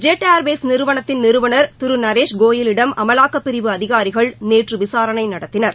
jet Airways நிறுவனத்தின் நிறுவனர் திரு நரேஷ் கோயலிடம் அமலாக்கப்பிரிவு அதிகாரிகள் நேற்று விசாரணை நடத்தினர்